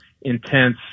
intense –